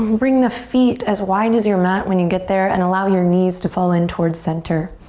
and bring the feet as wide as your mat when you get there and allow your knees to fall in towards center.